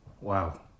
Wow